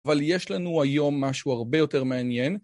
אבל יש לנו היום משהו הרבה יותר מעניין